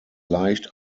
leicht